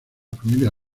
familia